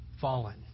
fallen